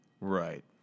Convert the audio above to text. Right